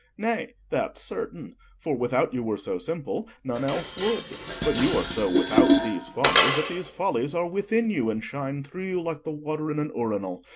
nay, that's certain for, without you were so simple, none else would but you are so without these follies that these follies are within you, and shine through you like the water in an urinal,